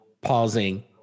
pausing